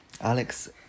Alex